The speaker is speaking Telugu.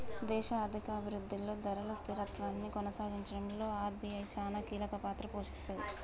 దేశ ఆర్థిక అభిరుద్ధిలో ధరల స్థిరత్వాన్ని కొనసాగించడంలో ఆర్.బి.ఐ చానా కీలకపాత్ర పోషిస్తది